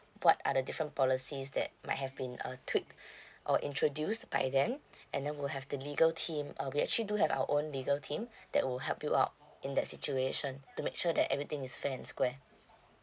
what are the different policies that might have been uh tweaked or introduced by them and then we'll have the legal team uh we actually do have our own legal team that will help you out in that situation to make sure that everything is fair and square